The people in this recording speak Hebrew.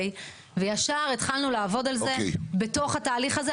וישר התחלנו לעבוד על זה בתוף התהליך הזה.